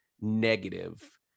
negative